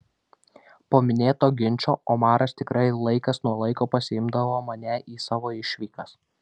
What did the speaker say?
po minėto ginčo omaras tikrai laikas nuo laiko pasiimdavo mane į savo išvykas